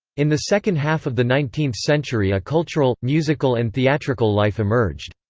in the second half of the nineteenth century a cultural, musical and theatrical life emerged.